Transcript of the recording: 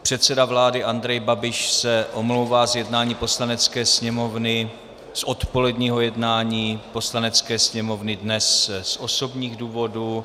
Předseda vlády Andrej Babiš se omlouvá z jednání Poslanecké sněmovny, z odpoledního jednání Poslanecké sněmovny, dnes z osobních důvodů.